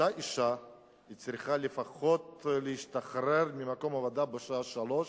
אותה אשה צריכה להשתחרר ממקום העבודה לפחות בשעה 15:00,